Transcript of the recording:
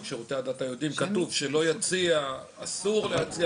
בחוק שירותי הדת היהודיים כתוב שאסור להציע